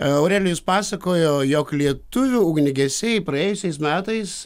aurelijus pasakojo jog lietuvių ugniagesiai praėjusiais metais